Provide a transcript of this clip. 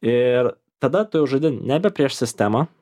ir tada tu jau žaidi nebe prieš sistemą